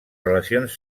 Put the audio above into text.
relacions